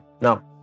Now